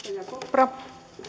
rouva